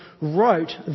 wrote